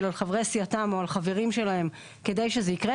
על חברי סיעתם או על חברים שלהם כדי שזה יקרה.